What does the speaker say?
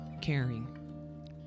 caring